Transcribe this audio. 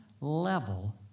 level